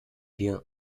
wir